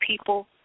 people